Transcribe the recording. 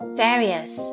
various